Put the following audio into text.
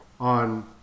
on